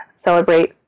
Celebrate